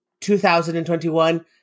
2021